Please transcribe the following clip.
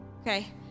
Okay